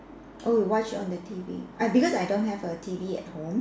oh you watch on the T_V I because I don't have a T_V at home